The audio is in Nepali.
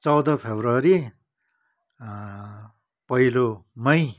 चौध फरवरी पहिलो मई